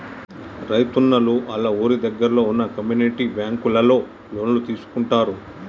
రైతున్నలు ఆళ్ళ ఊరి దగ్గరలో వున్న కమ్యూనిటీ బ్యాంకులలో లోన్లు తీసుకుంటారు